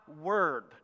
word